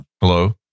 Hello